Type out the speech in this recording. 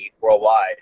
worldwide